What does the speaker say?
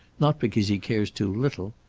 not because he cares too little,